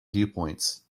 viewpoints